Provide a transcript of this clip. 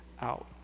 out